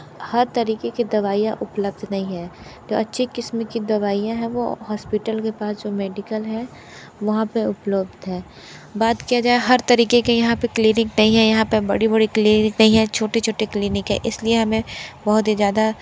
हर तरीके की दवाइयाँ उपलब्ध नहीं हैं तो अच्छी किस्म की दवाइयाँ हैं वो हॉस्पिटल के पास जो मेडिकल हैं वहाँ पे उपलब्ध हैं बात किया जाए हर तरीके के यहाँ पे क्लिनिक नहीं हैं यहाँ पे बड़ी बड़ी क्लिनिक नहीं हैं छोटे छोटे क्लिनिक हैं इसलिए हमें बहुत ही ज़्यादा